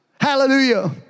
hallelujah